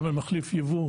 הוא גם מחליף יבוא,